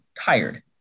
tired